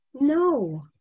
No